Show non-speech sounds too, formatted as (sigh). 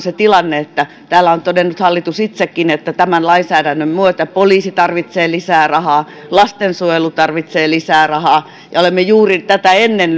(unintelligible) se tilanne että täällä on todennut hallitus itsekin että tämän lainsäädännön myötä poliisi tarvitsee lisää rahaa lastensuojelu tarvitsee lisää rahaa ja olemme juuri tätä ennen (unintelligible)